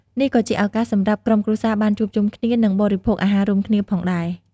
នេះក៏ជាឱកាសសម្រាប់ក្រុមគ្រួសារបានជួបជុំគ្នា និងបរិភោគអាហាររួមគ្នាផងដែរ។